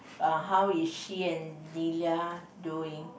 uh how is she and Lilia doing